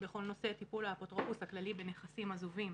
בכל נושא טיפול האפוטרופוס הכללי בנכסים עזובים,